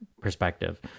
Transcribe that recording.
perspective